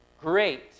great